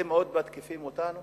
אתם עוד מתקיפים אותנו